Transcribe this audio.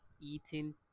eating